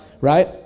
Right